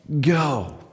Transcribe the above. Go